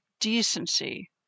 decency